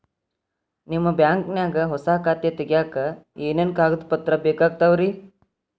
ನಿಮ್ಮ ಬ್ಯಾಂಕ್ ನ್ಯಾಗ್ ಹೊಸಾ ಖಾತೆ ತಗ್ಯಾಕ್ ಏನೇನು ಕಾಗದ ಪತ್ರ ಬೇಕಾಗ್ತಾವ್ರಿ?